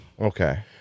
Okay